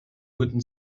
written